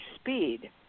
speed